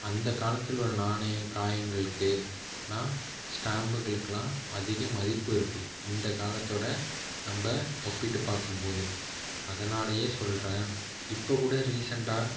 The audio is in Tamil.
அந்த காலத்தில் உள் நாணயம் காயின்களுக்குனா ஸ்டாம்புகளுக்குலாம் அதிக மதிப்பு இருக்குது இந்த காலத்தோடு நம்ப ஒப்பிட்டு பார்க்கும்போது அதனாலேயே சொல்கிறேன் இப்போது கூட ரீசண்ட்டாக